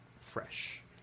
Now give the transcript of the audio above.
fresh